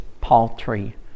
paltry